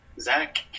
Zach